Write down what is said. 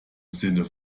sinne